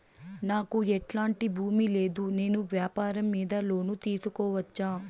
నాకు ఎట్లాంటి భూమి లేదు నేను వ్యాపారం మీద లోను తీసుకోవచ్చా?